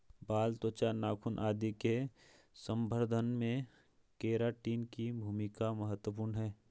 बाल, त्वचा, नाखून आदि के संवर्धन में केराटिन की भूमिका महत्त्वपूर्ण है